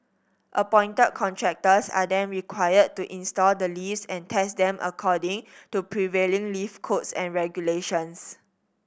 appointed contractors are then required to install the lifts and test them according to prevailing lift codes and regulations